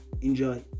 Enjoy